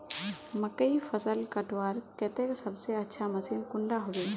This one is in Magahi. मकईर फसल कटवार केते सबसे अच्छा मशीन कुंडा होबे?